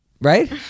Right